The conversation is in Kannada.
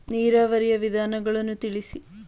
ನೀರಾವರಿಯ ವಿಧಾನಗಳನ್ನು ತಿಳಿಸಿ?